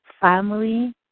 Family